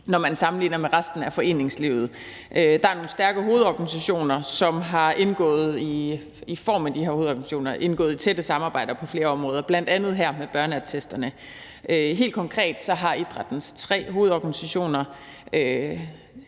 når man sammenligner med resten af foreningslivet. Der er nogle stærke hovedorganisationer, som har indgået i tætte samarbejder på flere områder, bl.a. her med børneattesterne. Helt konkret har idrættens tre hovedorganisationer,